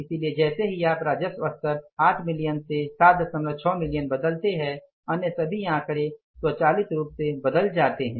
इसलिए जैसे ही आप राजस्व स्तर 8 मिलियन से 76 मिलियन बदलते है अन्य सभी आंकड़े स्वचालित रूप से बदल जाते हैं